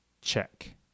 Check